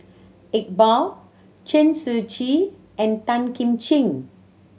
Iqbal Chen Shiji and Tan Kim Ching